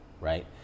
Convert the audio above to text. right